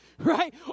right